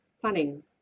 planning